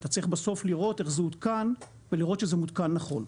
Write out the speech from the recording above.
אתה צריך בסוף לראות איך זה הותקן ולראות שזה הותקן נכון.